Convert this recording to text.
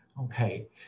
Okay